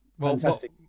Fantastic